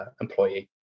employee